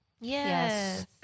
Yes